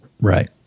Right